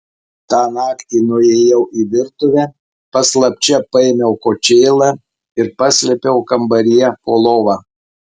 tą naktį nuėjau į virtuvę paslapčia paėmiau kočėlą ir paslėpiau kambaryje po lova